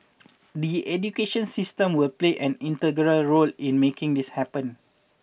the education system will play an integral role in making this happen